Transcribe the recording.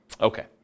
Okay